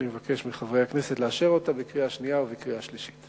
אני מבקש מחברי הכנסת לאשר אותה בקריאה שנייה ובקריאה שלישית.